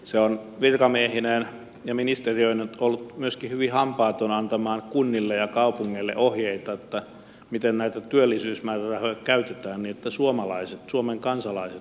se on virkamiehineen ja ministeriöineen ollut myöskin hyvin hampaaton antamaan kunnille ja kaupungeille ohjeita miten näitä työllisyysmäärärahoja käytetään niin että suomalaiset suomen kansalaiset saavat töitä